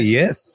yes